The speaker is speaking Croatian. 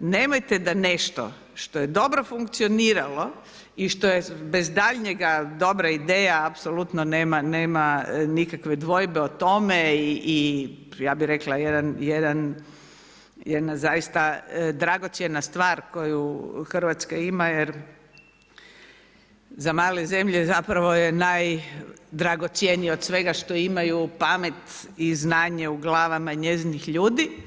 nemojte da nešto što je dobro funkcioniralo i što je bez daljnjega dobra ideja apsolutno nema nikakve dvojbe o tome i ja bih rekla jedan jedna zaista dragocjena stvar koju Hrvatska ima jer za male zemlje zapravo je najdragocjenije od svega što imaju pamet i znanje u glavama njezinih ljudi.